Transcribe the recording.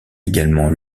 également